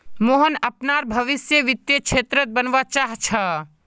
मोहन अपनार भवीस वित्तीय क्षेत्रत बनवा चाह छ